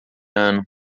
ano